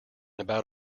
about